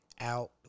out